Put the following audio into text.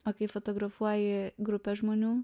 o kai fotografuoji grupę žmonių